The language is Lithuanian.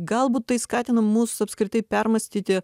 galbūt tai skatina mus apskritai permąstyti